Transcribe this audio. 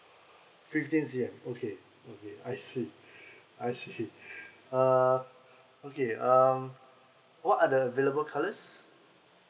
fifteen C_M okay I see I see uh okay um what are the available colours